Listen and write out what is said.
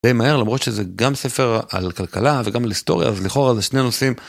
די מהר למרות שזה גם ספר על כלכלה וגם על היסטוריה, אז לכאורה זה שני נושאים.